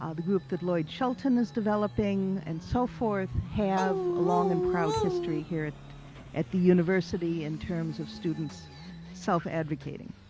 um the group that lloyd shelton is developing, and so forth have a long and proud history here, here at the university in terms of students self advocating.